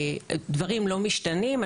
דברים לא משתנים,